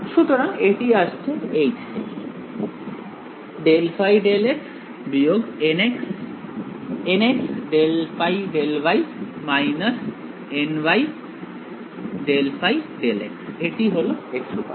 সুতরাং এটি আসছে থেকে ∂ϕ∂x nxnx ∂ϕ∂y ny ∂ϕ∂x এটি হলো x উপাদান